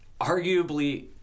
arguably